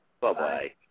Bye-bye